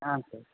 ಹಾಂ ಸ